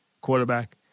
quarterback